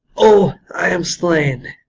o, i am slain!